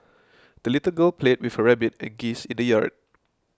the little girl played with her rabbit and geese in the yard